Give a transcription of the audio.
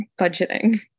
budgeting